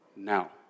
Now